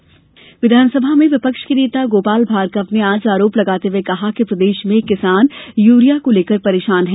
Bhargava urea विधानसभा में विपक्ष के नेता गोपाल भार्गव ने आज आरोप लगाते हुए कहा कि प्रदेश में किसान यूरिया को लेकर परेशान हैं